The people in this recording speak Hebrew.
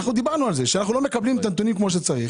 אמרנו שאנחנו לא מקבלים את הנתונים כמו שצריך.